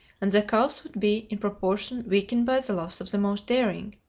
and the cause would be, in proportion, weakened by the loss of the most daring.